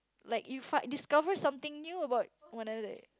like you find discovered something new about one another